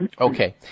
Okay